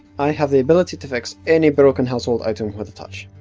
i have the ability to fix any broken household item with a touch.